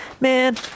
Man